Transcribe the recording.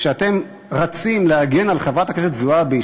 כשאתם רצים להגן על חברת הכנסת זועבי,